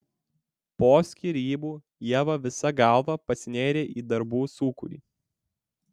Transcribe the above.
po skyrybų ieva visa galva pasinėrė į darbų sūkurį